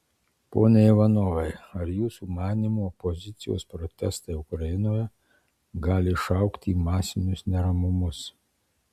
pone ivanovai ar jūsų manymu opozicijos protestai ukrainoje gali išaugti į masinius neramumus